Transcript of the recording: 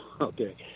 Okay